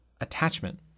attachment